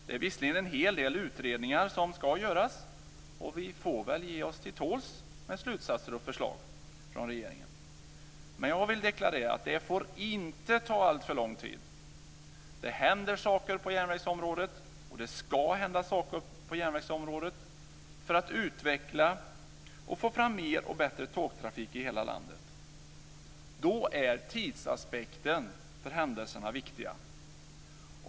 Det är visserligen en hel del utredningar som ska göras, och vi får väl ge oss till tåls med slutsatser och förslag från regeringen. Men jag vill deklarera att det inte får ta alltför lång tid. Det händer saker på järnvägsområdet, och det ska hända saker på järnvägsområdet, för att utveckla och få fram mer och bättre tågtrafik i hela landet. Då är tidsapekten för händelserna viktig.